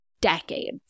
decades